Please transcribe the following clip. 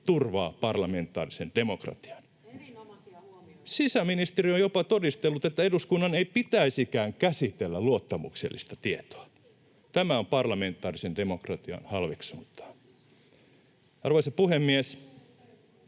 Kiuru: Erinomaisia huomioita!] Sisäministeri on jopa todistellut, että eduskunnan ei pitäisikään käsitellä luottamuksellista tietoa. Tämä on parlamentaarisen demokratian halveksuntaa. Arvoisa puhemies!